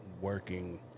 working